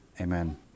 Amen